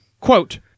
quote